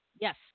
Yes